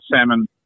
salmon